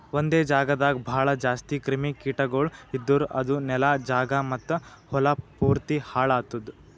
ಒಂದೆ ಜಾಗದಾಗ್ ಭಾಳ ಜಾಸ್ತಿ ಕ್ರಿಮಿ ಕೀಟಗೊಳ್ ಇದ್ದುರ್ ಅದು ನೆಲ, ಜಾಗ ಮತ್ತ ಹೊಲಾ ಪೂರ್ತಿ ಹಾಳ್ ಆತ್ತುದ್